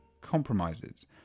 compromises